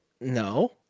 No